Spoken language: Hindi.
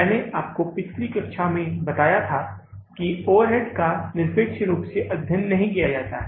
मैंने आपको पिछली कक्षा में बताया था कि ओवरहेड्स का निरपेक्ष रूप में अध्ययन नहीं किया जाता है